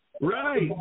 Right